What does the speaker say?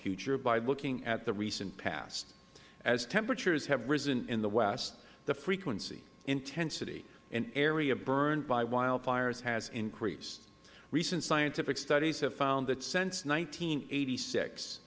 future by looking at the recent past as temperatures have risen in the west the frequency intensity and area burned by wildfires has increased recent scientific studies have found that since